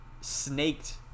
snaked